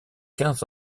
quinze